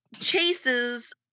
chases